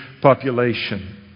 population